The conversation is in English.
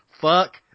fuck